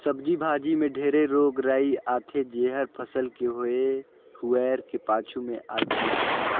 सब्जी भाजी मे ढेरे रोग राई आथे जेहर फसल के होए हुवाए के पाछू मे आतिस